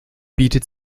bietet